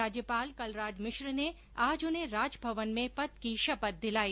राज्यपाल कलराज मिश्र ने आज उन्हें राजभवन में पद की शपथ दिलाई